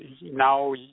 now